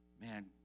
man